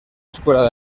escuela